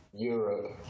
Europe